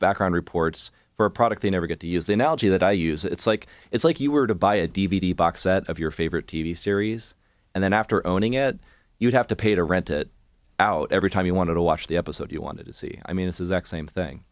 background reports for a product they never get to use the analogy that i use it's like it's like you were to buy a d v d box set of your favorite t v series and then after owning it you'd have to pay to rent it out every time you wanted to watch the episode you wanted to see i mean this is extreme thing